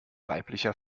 weiblicher